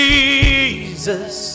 Jesus